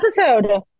episode